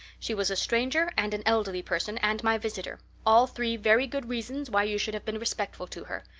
she was a stranger and an elderly person and my visitor all three very good reasons why you should have been respectful to her.